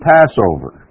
Passover